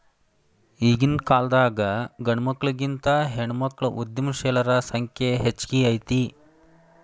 ಈಗಿನ್ಕಾಲದಾಗ್ ಗಂಡ್ಮಕ್ಳಿಗಿಂತಾ ಹೆಣ್ಮಕ್ಳ ಉದ್ಯಮಶೇಲರ ಸಂಖ್ಯೆ ಹೆಚ್ಗಿ ಐತಿ